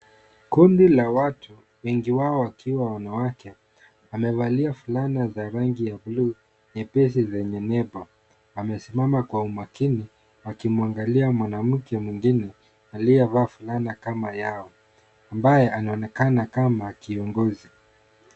Kundi la watu, wengi wao wakiwa wanawake, wamevalia fulana za rangi ya buluu nyepesi zenye nembo. Wamesimama kwa makini wakimuangalia mwanamke mwingine aliyevaa fulana kama yao, ambaye anaonekana kama kiongozi.